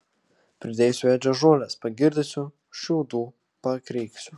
pridėsiu ėdžias žolės pagirdysiu šiaudų pakreiksiu